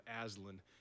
Aslan